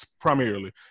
primarily